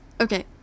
Okay